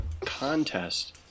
contest